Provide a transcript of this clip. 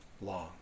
long